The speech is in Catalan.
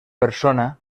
persona